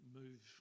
move